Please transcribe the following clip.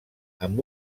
amb